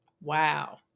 Wow